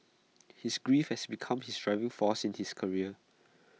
his grief had become his driving force in his career